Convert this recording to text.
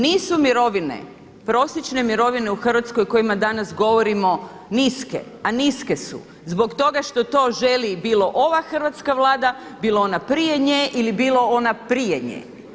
Nisu mirovine prosječne mirovine u Hrvatskoj o kojima danas govorimo niske, a niske su zbog toga što to želi bilo ova hrvatska Vlada, bilo ona prije ona ili bilo ona prije nje.